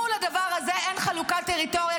מול הדבר הזה אין חלוקת טריטוריה,